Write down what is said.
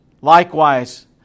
Likewise